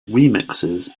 remixes